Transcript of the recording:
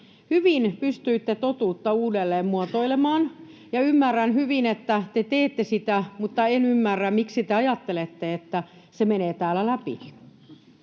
hyvin pystyitte totuutta uudelleen muotoilemaan, ja ymmärrän hyvin, että te teette sitä, mutta en ymmärrä, miksi te ajattelette, että se menee täällä läpi.